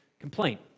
complaint